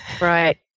Right